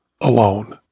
alone